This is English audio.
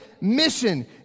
mission